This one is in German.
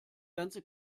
ganze